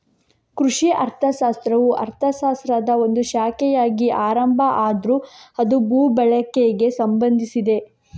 ಕೃಷಿ ಅರ್ಥಶಾಸ್ತ್ರವು ಅರ್ಥಶಾಸ್ತ್ರದ ಒಂದು ಶಾಖೆಯಾಗಿ ಆರಂಭ ಆದ್ರೂ ಅದು ಭೂ ಬಳಕೆಗೆ ಸಂಬಂಧಿಸಿದೆ